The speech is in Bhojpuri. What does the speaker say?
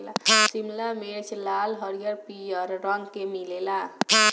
शिमला मिर्च लाल, हरिहर, पियर रंग के मिलेला